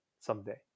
someday